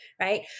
right